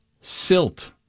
Silt